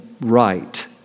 right